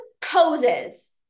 poses